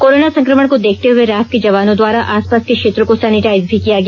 corona संक्रमण को देखते हए रैफ के जवानों द्वारा आसपास के क्षेत्रों को सेनीटाइज भी किया गया